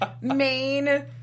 main